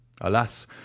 Alas